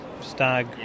stag